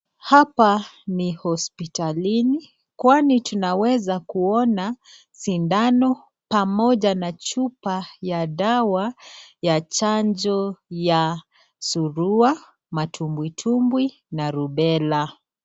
Hapa ni hospitalini kwani tunaweza kuona sindano pamoja na chupa ya dawa ya chanjo ya surua, matumbwitumbwi na rubella.